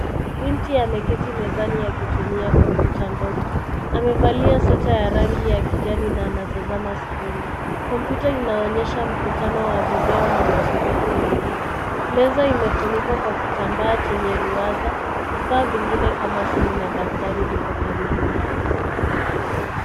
Binti ameketi mezani akitumia kompyuta ndogo. Amevaa sweta ya rangi ya kijani na anatazama skrini. Kompyuta inaonyesha mkutano wa video na washiriki wengine. Meza imefunikwa kwa kitambaa chenye ruaza. Vifaa vingine kama simu na daftari viko karibu naye.